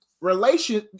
relation